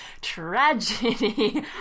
tragedy